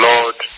Lord